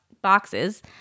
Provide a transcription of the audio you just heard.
boxes